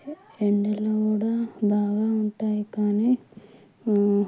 ఎండలు కూడా బాగా ఉంటాయి కానీ